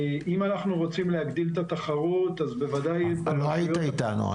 אם אנחנו רוצים להגדיל את התחרות --- לא היית איתנו,